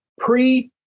pre